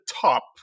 top